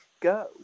Go